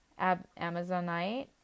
Amazonite